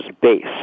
base